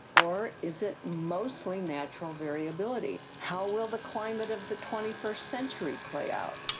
or is it mostly natural variability? how will the climate of the twenty first century play out?